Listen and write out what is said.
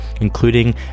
including